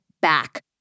back